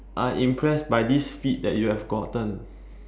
I'm impressed by this feat that you have gotten